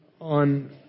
on